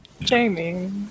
Jamie